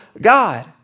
God